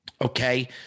okay